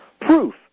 proof